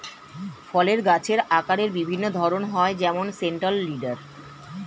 ফলের গাছের আকারের বিভিন্ন ধরন হয় যেমন সেন্ট্রাল লিডার